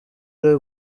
ari